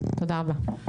תודה רבה.